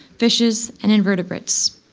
fishes and invertebrates.